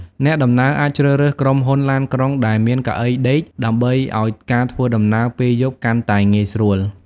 អ្នកដំណើរអាចជ្រើសរើសក្រុមហ៊ុនឡានក្រុងដែលមានកៅអីដេកដើម្បីឱ្យការធ្វើដំណើរពេលយប់កាន់តែងាយស្រួល។